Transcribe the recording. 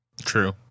True